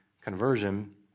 conversion